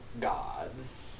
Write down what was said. gods